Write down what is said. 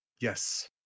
Yes